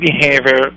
behavior